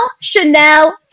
Chanel